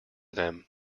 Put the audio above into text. them